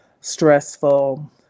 stressful